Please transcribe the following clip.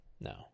No